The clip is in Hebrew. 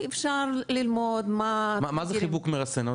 מה זה חיבוק מרסן?